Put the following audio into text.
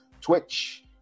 twitch